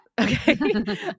Okay